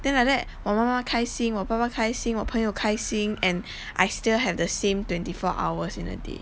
then like that 我妈妈开心我爸爸开心我朋友开心 and I still have the same twenty four hours in a day